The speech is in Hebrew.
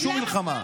בשום מלחמה,